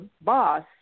boss